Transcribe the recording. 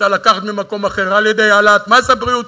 צריך לקחת ממקום אחר, על-ידי העלאת מס הבריאות.